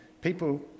people